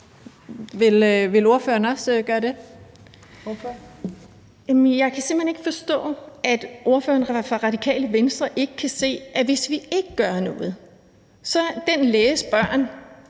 Kl. 18:22 Heidi Bank (V): Jeg kan simpelt hen ikke forstå, at ordføreren for Det Radikale Venstre ikke kan se, at hvis ikke vi gør noget, vil den læges børn